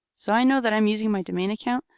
so i know that i'm using my domain account.